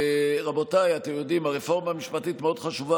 חשבתי שתודיע על הקפאה.